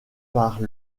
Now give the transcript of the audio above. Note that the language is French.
par